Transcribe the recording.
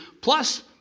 Plus